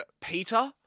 Peter